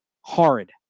Horrid